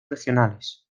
regionales